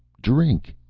drink!